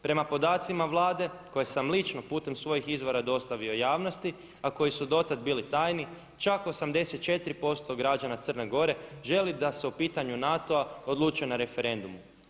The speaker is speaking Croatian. Prema podacima Vlade koje sam lično putem svojih izvora dostavio javnosti, a koji su do tad bili tajni čak 84% građana Crne Gore želi da se o pitanju NATO-a odlučuje na referendumu.